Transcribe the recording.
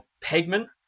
pigment